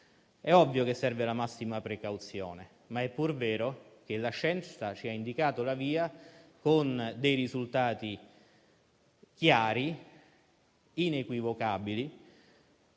è ovvio che serve la massima precauzione, ma è pur vero che la scienza ci ha indicato la via con risultati chiari e inequivocabili.